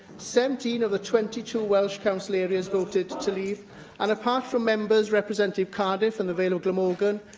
seventeen of the twenty two welsh council areas voted to leave and, apart from members representing cardiff and the vale of glamorgan,